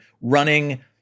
running